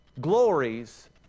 glories